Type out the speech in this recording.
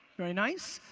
very nice.